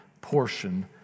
portion